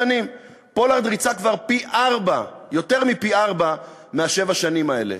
פולארד ריצה כבר יותר מפי-ארבעה משבע השנים האלה.